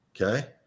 Okay